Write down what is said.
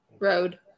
road